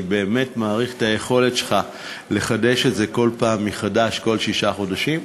אני באמת מעריך את היכולת שלך לחדש את זה כל פעם מחדש כל שישה חודשים.